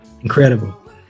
Incredible